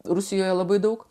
rusijoje labai daug